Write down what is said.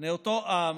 מאותו עם,